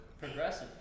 Progressive